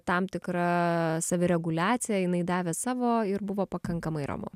tam tikra savireguliacija jinai davė savo ir buvo pakankamai ramu